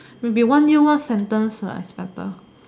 maybe one year one sentence lah is better